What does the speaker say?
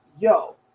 Yo